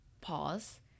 pause